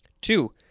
Two